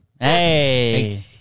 Hey